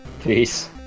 Peace